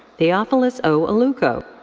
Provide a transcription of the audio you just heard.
theophilus o. aluko.